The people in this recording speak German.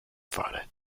pfarre